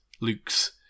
Luke's